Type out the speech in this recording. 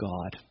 God